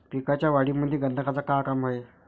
पिकाच्या वाढीमंदी गंधकाचं का काम हाये?